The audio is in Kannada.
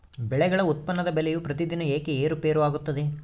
ಬೆಳೆಗಳ ಉತ್ಪನ್ನದ ಬೆಲೆಯು ಪ್ರತಿದಿನ ಏಕೆ ಏರುಪೇರು ಆಗುತ್ತದೆ?